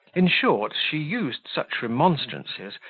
in short, she used such remonstrances,